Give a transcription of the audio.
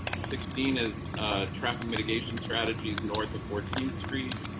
sixteen as traffic mitigation strategies north of fourteen street.